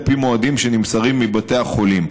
על פי מועדים שנמסרים מבתי החולים.